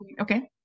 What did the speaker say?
Okay